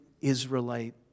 Israelite